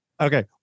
okay